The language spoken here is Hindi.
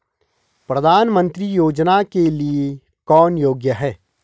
प्रधानमंत्री योजना के लिए कौन योग्य है?